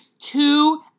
Two